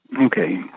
Okay